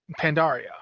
Pandaria